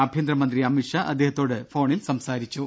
ആഭ്യന്തര മന്ത്രി അമിത് ഷാ അദ്ദേഹത്തോട് ഫോണിൽ സംസാരിച്ചു